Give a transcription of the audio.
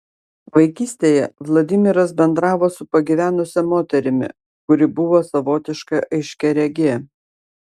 vaikystėje vladimiras bendravo su pagyvenusia moterimi kuri buvo savotiška aiškiaregė